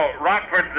Rockford